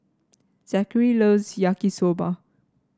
Zachery loves Yaki Soba